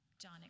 John